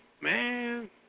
Man